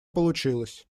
получилось